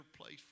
place